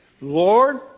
Lord